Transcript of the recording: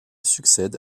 succède